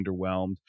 underwhelmed